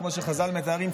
כמו שחז"ל מתארים,